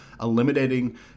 eliminating